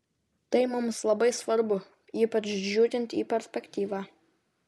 tai mums labai svarbu ypač žiūrint į perspektyvą